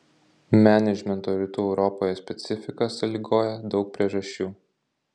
menedžmento rytų europoje specifiką sąlygoja daug priežasčių